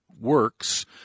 Works